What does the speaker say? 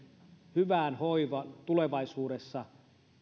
hyvän hoivan tulevaisuudessa